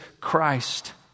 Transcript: Christ